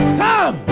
come